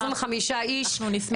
25 איש --- אנחנו נשמח.